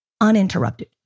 uninterrupted